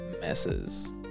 messes